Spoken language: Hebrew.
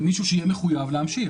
למישהו שיהיה מחויב להמשיך.